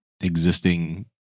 existing